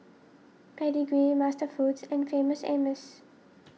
Pedigree MasterFoods and Famous Amos